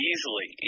Easily